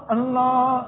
Allah